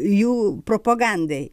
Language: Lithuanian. jų propagandai